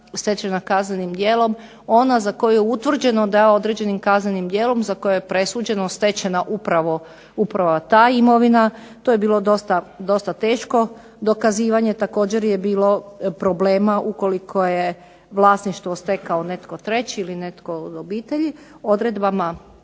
stečena kaznenim djelom, ona za koju je utvrđeno da je određenim kaznenim djelom za koje je presuđeno stečena upravo ta imovina, to je bilo dosta teško dokazivanje, također je bilo problema ukoliko je vlasništvo stekao netko treći, ili netko od obitelji, izmjenom